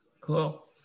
Cool